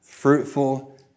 Fruitful